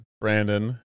Brandon